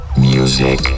Music